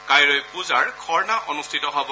কাইলৈ পুজাৰ খৰ্না অনুষ্ঠিত হ'ব